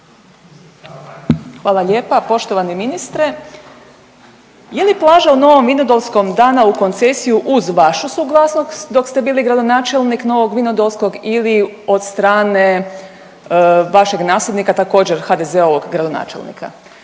Hvala lijepa. Poštovani ministre, je li plaža u Novom Vinodolskom dana u koncesiju uz vašu suglasnost dok ste bili gradonačelnik Novog Vinodolskog ili od strane vašeg nasljednika, također, HDZ-ovog gradonačelnika?